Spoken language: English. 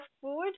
food